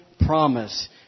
promise